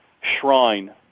shrine